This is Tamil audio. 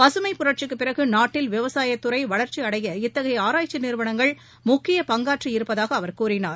பகமை புரட்சிக்கு பிறகு நாட்டில் விவசாயத்துறை வளர்ச்சியடைய இத்தகைய ஆராய்ச்சி நிறுவனங்கள் முக்கிய பங்காற்றியிருப்பதாக அவர் கூறினார்